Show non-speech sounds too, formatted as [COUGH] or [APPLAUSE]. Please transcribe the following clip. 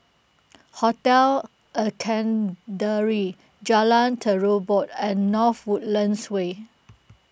Hotel [UNINTELLIGIBLE] Jalan Terubok and North Woodlands Way